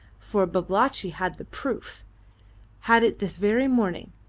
for babalatchi had the proof had it this very morning,